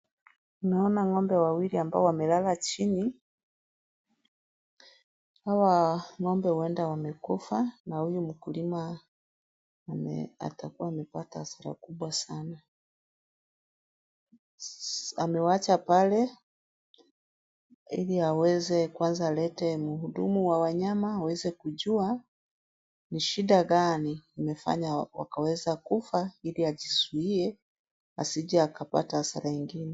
Naona ngombe wawili ambao wamelala chini. Hawa ng'ombe huenda wamekufa na huyu mkulima atakuwa amepata hasara kubwa sana. Amewaacha pale hili aweze kwanza lete mhudumu wa wanyama aweze kujua ni shida gani imefanya wakaweza kufa ili ajizuie asije akapata hasara ingine.